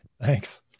Thanks